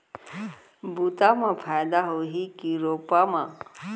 बुता म फायदा होही की रोपा म?